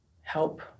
help